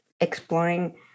exploring